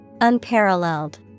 Unparalleled